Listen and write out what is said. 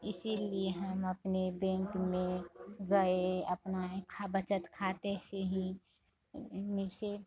इसीलिए हम अपने बेंक में गए अपना एक बचत खाते से ही में से